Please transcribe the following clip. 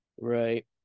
Right